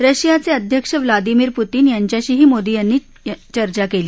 रशियाचे अध्यक्ष Vladimir Putin यांच्याशीही मोदी यांची चर्चा झाली